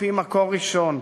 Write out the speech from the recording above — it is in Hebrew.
מפי מקור ראשון,